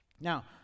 Now